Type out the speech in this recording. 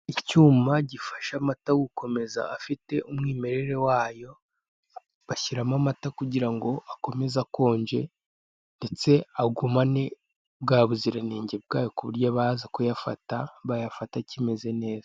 Icyuma gifasha amata gukomeza afite umwimerere wayo bashyiramo amata kugirango akomeze akonje, ndetse agumane bwa buziranenge bwayo k'uburyo abaza kuyafata bayafata akimeze neza.